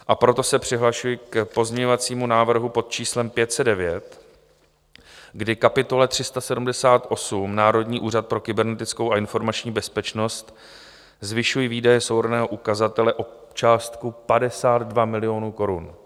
A proto se přihlašuji k pozměňovacímu návrhu pod číslem 509, kdy kapitole 378 Národní úřad pro kybernetickou a informační bezpečnost zvyšuji výdaje souhrnného ukazatele o částku 52 milionů korun.